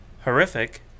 horrific